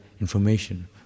information